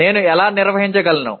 నేను ఎలా నిర్వహించగలను